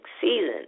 season